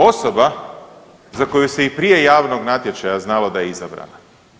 Osoba za koju se i prije javnog natječaja znalo da je izabrana.